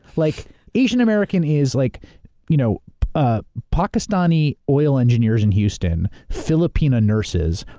like asian american is like you know ah pakistani oil engineers in houston, filipino nurses,